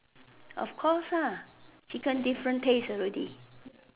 of course ah chicken different taste already